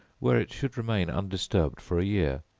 where it should remain undisturbed for a year,